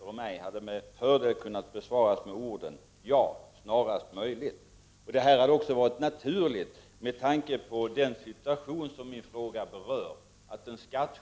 Om tidsutdräkten beror på att den skattskyldige försöker undandra sig skatt genom att t.ex. vägra lämna uppgifter, kan regeln vara motiverad.